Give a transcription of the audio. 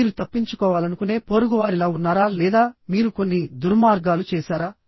మీరు తప్పించుకోవాలనుకునే పొరుగువారిలా ఉన్నారా లేదా మీరు కొన్ని దుర్మార్గాలు చేశారా